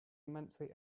immensely